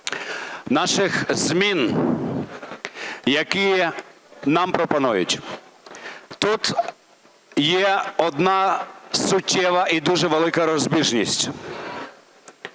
наших змін, які нам пропонують. Тут є одна суттєва і дуже велика розбіжність.